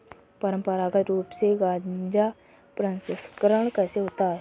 परंपरागत रूप से गाजा प्रसंस्करण कैसे होता है?